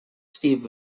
steve